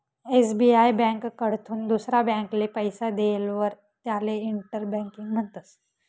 SBI ब्यांककडथून दुसरा ब्यांकले पैसा देयेलवर त्याले इंटर बँकिंग म्हणतस